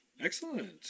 Excellent